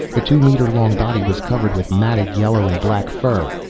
the two-meter long body was covered with matted yellow and black fur,